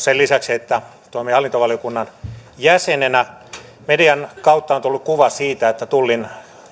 sen lisäksi että toimin myös hallintovaliokunnan jäsenenä median kautta on tullut kuva siitä että tullin